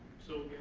so